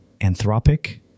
Anthropic